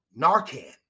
Narcan